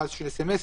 סמס,